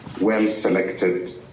well-selected